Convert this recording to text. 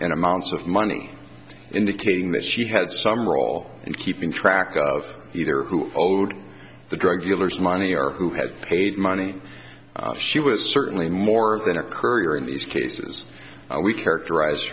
and amounts of money indicating that she had some role in keeping track of either who owed the drug dealers money or who have paid money she was certainly more than a courier in these cases we characterize